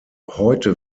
heute